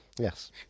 Yes